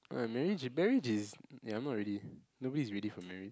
uh marriage is marriage is ya I'm not ready nobody is ready for marriage